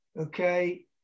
okay